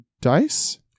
dice